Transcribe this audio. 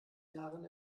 jahren